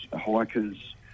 hikers